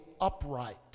upright